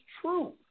true